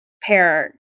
pair